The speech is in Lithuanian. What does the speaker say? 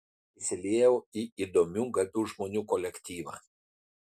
įsiliejau į įdomių gabių žmonių kolektyvą